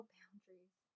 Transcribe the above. boundaries